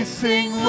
sing